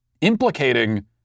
implicating